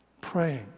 praying